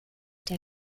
der